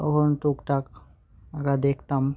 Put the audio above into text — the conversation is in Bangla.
তখন টুকটাক আঁকা দেখতাম